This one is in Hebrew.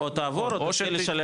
או תעבור, או תשלם.